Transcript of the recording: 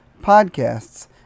podcasts